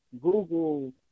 Google